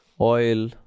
Oil